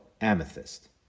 amethyst